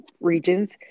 regions